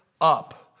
up